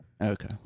Okay